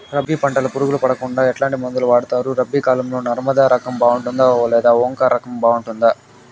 రబి పంటల పులుగులు పడకుండా ఎట్లాంటి మందులు వాడుతారు? రబీ కాలం లో నర్మదా రకం బాగుంటుందా లేదా ఓంకార్ రకం బాగుంటుందా?